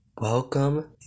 Welcome